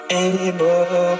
anymore